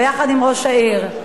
ביחד עם ראש העיר,